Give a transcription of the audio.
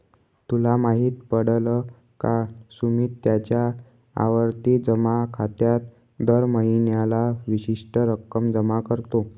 तुला माहित पडल का? सुमित त्याच्या आवर्ती जमा खात्यात दर महीन्याला विशिष्ट रक्कम जमा करतो